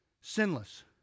sinless